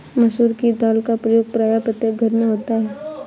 मसूर की दाल का प्रयोग प्रायः प्रत्येक घर में होता है